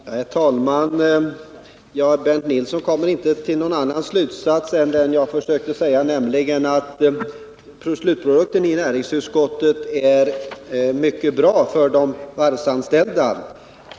Herr talman! Bernt Nilsson kom inte till någon annan slutsats än jag, nämligen att slutprodukten i näringsutskottet är mycket bra för de varvsanställda.